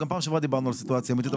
גם פעם שעברה דיברנו על סיטואציה אמיתית,